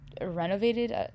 renovated